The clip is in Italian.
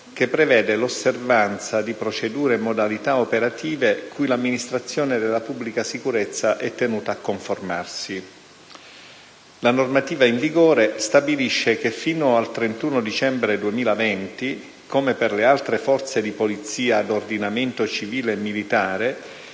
che prevede l'osservanza di procedure e modalità operative cui l'amministrazione della pubblica sicurezza è tenuta a conformarsi. La normativa in vigore stabilisce che, fino al 31 dicembre 2020, come per le altre Forze di polizia ad ordinamento civile e militare,